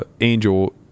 Angel